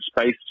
space